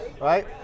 Right